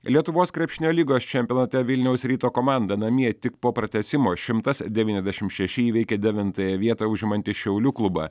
lietuvos krepšinio lygos čempionate vilniaus ryto komanda namie tik po pratęsimo šimtas devyniasdešimt šeši įveikė devintąją vietą užimantį šiaulių klubą